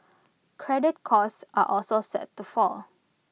credit costs are also set to fall